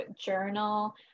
journal